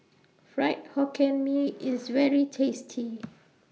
Fried Hokkien Mee IS very tasty